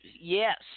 Yes